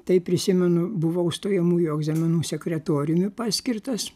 tai prisimenu buvau stojamųjų egzaminų sekretoriumi paskirtas